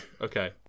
Okay